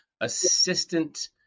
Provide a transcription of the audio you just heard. assistant